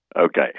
Okay